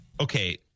Okay